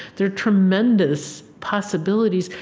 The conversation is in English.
there are tremendous possibilities.